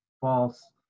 false